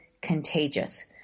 contagious